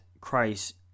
Christ